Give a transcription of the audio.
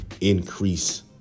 increase